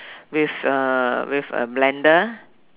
with uh with a blender